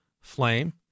flame